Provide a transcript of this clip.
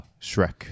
Shrek